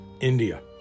India